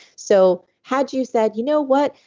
so had you said, you know what?